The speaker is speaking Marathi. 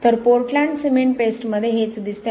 तर पोर्टलँड सिमेंट पेस्टमध्ये हेच दिसते